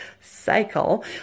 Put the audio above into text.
cycle